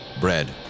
bread